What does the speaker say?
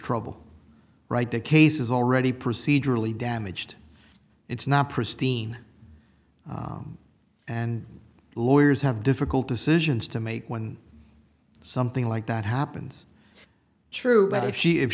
trouble right the case is already procedurally damaged it's not pristine and lawyers have difficult decisions to make when something like that happens true but if she if